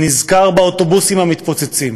אני נזכר באוטובוסים המתפוצצים,